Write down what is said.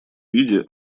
виде